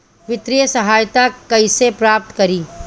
वित्तीय सहायता कइसे प्राप्त करी?